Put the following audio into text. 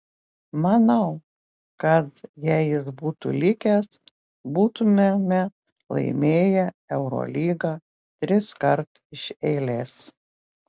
manau kad jei jis būtų likęs būtumėme laimėję eurolygą triskart iš eilės